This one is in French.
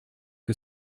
que